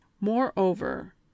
moreover